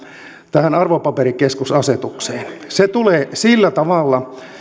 tähän arvopaperikeskusasetukseen se tulee sillä tavalla